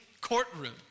courtroom